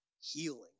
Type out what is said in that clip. Healing